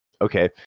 Okay